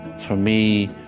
for me,